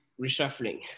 reshuffling